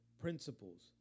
principles